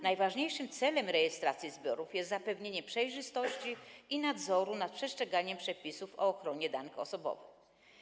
Najważniejszym celem rejestracji zbiorów jest zapewnienie przejrzystości i nadzoru nad przestrzeganiem przepisów o ochronie danych osobowych.